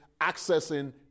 accessing